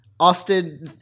Austin